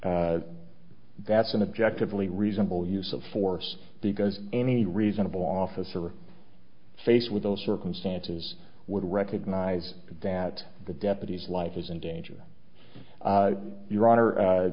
that's an objective really reasonable use of force because any reasonable officer faced with those circumstances would recognize that the deputy's life is in danger